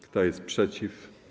Kto jest przeciw?